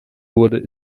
wurde